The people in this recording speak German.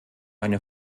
eine